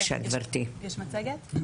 יש מצגת?